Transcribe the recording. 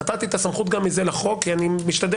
נתתי את הסמכות לחוק כי אני משתדל